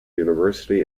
university